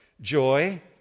joy